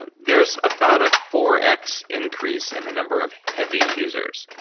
and there's about a four x increase in the number of heavy users.